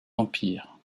empire